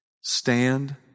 Stand